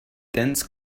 dense